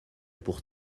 pour